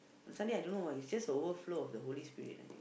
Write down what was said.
on Sunday I don't know why it's just the overflow of the Holy Spirit I think